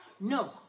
no